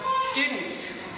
Students